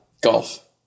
golf